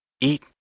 eat